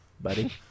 buddy